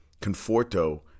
Conforto